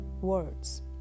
words